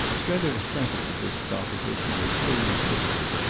strether assented to this proposition with full lucidity,